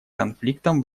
конфликтам